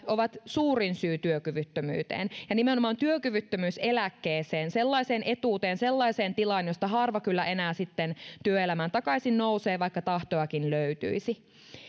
ovat suurin syy työkyvyttömyyteen ja nimenomaan työkyvyttömyyseläkkeeseen sellaiseen etuuteen sellaiseen tilaan josta harva kyllä enää sitten työelämään takaisin nousee vaikka tahtoakin löytyisi